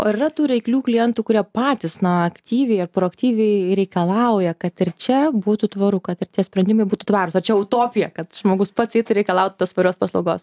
o yra tų reiklių klientų kurie patys aktyviai ar proaktyviai reikalauja kad ir čia būtų tvaru kad ir tie sprendimai būtų tvarūs ar čia utopija kad žmogus pats eitų reikalaut tos tvarios paslaugos